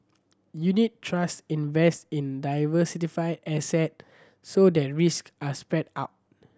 unit trust invest in diversified asset so that risks are spread out